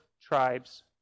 tribe's